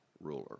ruler